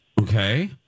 Okay